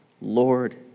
Lord